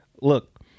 Look